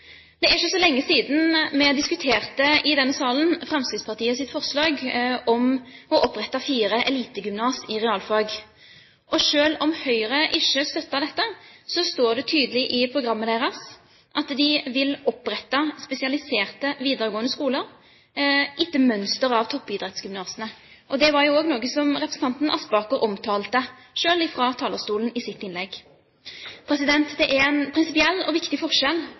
Det er ikke så lenge siden vi i denne salen diskuterte Fremskrittspartiets forslag om å opprette fire elitegymnas i realfag, og selv om Høyre ikke støtter dette, står det tydelig i programmet deres at de vil opprette spesialiserte videregående skoler etter mønster av toppidrettsgymnasene. Det var også noe som representanten Aspaker omtalte selv fra talerstolen i sitt innlegg. Det er en prinsipiell og viktig forskjell